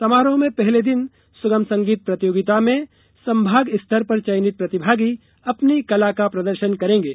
समारोह में पहले दिन सुगम संगीत प्रतियोगिता में संभाग स्तर पर चयनीत प्रतिभागी अपनी कला का प्रदर्शन करेंगे